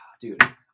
dude